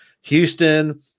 Houston